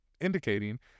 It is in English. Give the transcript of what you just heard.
indicating